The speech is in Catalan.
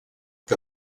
que